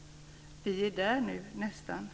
Vi är nu nästan där.